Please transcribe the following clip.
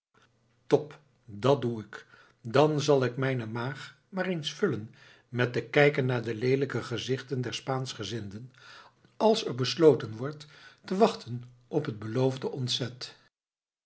top dat doe ik dan zal ik mijne maag maar eens vullen met te kijken naar de leelijke gezichten der spaanschgezinden als er besloten wordt te wachten op het beloofde ontzet